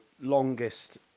longest